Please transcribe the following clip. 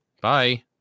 Bye